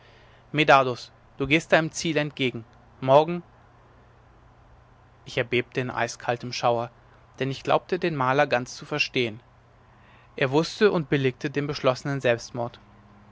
medardus du gehst deinem ziel entgegen morgen ich erbebte in eiskaltem schauer denn ich glaubte den maler ganz zu verstehen er wußte und billigte den beschlossenen selbstmord